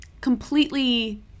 completely